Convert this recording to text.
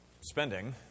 spending